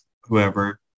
Whoever